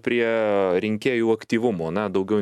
prie rinkėjų aktyvumo na daugiau